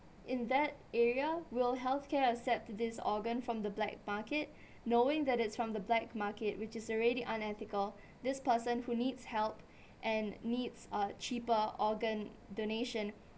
in that area will health care accept this organ from the black market knowing that it's from the black market which is already unethical this person who needs help and needs uh cheaper organ donation